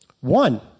One